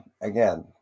again